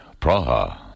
Praha